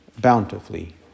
bountifully